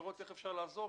לראות איך אפשר לעשות,